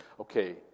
Okay